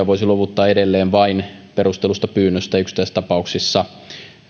voisi luovuttaa edelleen vain perustellusta pyynnöstä yksittäistapauksissa